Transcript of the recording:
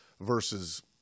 versus